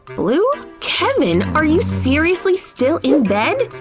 blue? kevin! are you seriously still in bed!